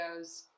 videos